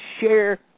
share